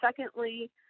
Secondly